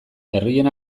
herrien